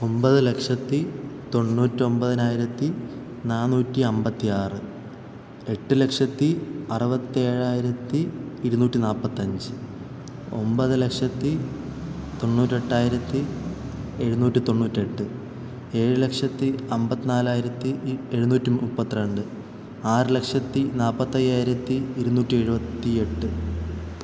ഒമ്പത് ലക്ഷത്തി തൊണ്ണൂറ്റൊമ്പതിനായിരത്തി നാന്നൂറ്റി അമ്പത്തി ആറ് എട്ട് ലക്ഷത്തി അറുപത്തേഴായിരത്തി ഇരുന്നൂറ്റി നാല്പത്തഞ്ച് ഒമ്പത് ലക്ഷത്തി തൊണ്ണൂറ്റെട്ടായിരത്തി എഴുന്നൂറ്റി തൊണ്ണൂറ്റെട്ട് ഏഴ് ലക്ഷത്തി അമ്പത്തി നാലായിരത്തി എഴുന്നൂറ്റി മുപ്പത്തിരണ്ട് ആറ് ലക്ഷത്തി നാല്പത്തയ്യായിരത്തി ഇരുന്നൂറ്റി എഴുപത്തിയെട്ട്